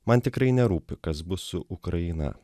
man tikrai nerūpi kas bus su ukraina